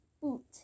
boot